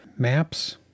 Maps